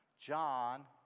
John